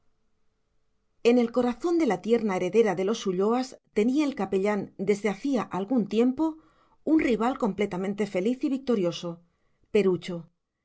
en el corazón de la tierna heredera de los ulloas tenía el capellán desde hacía algún tiempo un rival completamente feliz y victorioso perucho le